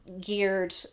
geared